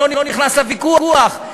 אני לא נכנס לוויכוח,